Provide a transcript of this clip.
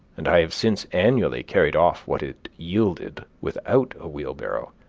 and i have since annually carried off what it yielded without a wheelbarrow.